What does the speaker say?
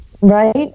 right